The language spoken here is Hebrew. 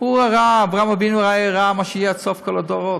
הוא ראה אברהם אבינו הרי ראה מה שיהיה עד סוף כל הדורות,